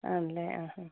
ആണല്ലേ ആ ഹ